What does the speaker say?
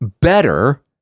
better